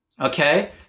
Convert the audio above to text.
okay